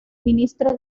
ministro